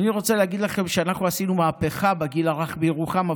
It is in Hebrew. ואני רוצה להגיד לכם שאנחנו עשינו מהפכה בגיל הרך בירוחם,